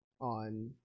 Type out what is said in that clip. on